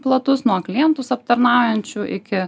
platus nuo klientus aptarnaujančių iki